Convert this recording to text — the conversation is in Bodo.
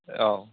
औ